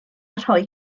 rhoi